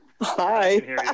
Hi